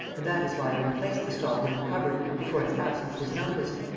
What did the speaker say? and that is why i replaced the stopper in the cupboard before its absence was noticed.